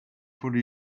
for